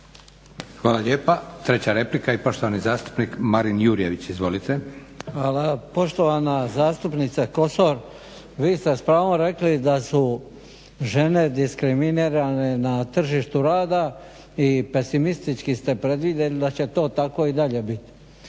Hvala lijepa. Treća replika i poštovani zastupnik Marin Jurjević. Izvolite. **Jurjević, Marin (SDP)** Hvala. Poštovana zastupnice Kosor vi ste s pravom rekli da su žene diskriminirane na tržištu rada i pesimistično ste predvidjeli da će to tako i dalje biti.